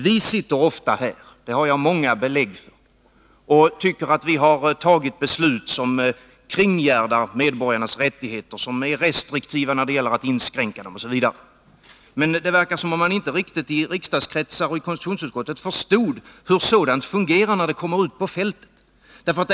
Vi tycker ofta här i riksdagen — det har jag många belägg för — att vi fattar beslut som kringgärdar medborgarnas rättigheter, som är restriktiva när det gäller att inskränka rättigheterna osv. Det verkar emellertid som om man i riksdagskretsar och i konstitutionsutskottet inte riktigt förstod hur sådant fungerar ute på fältet.